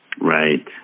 Right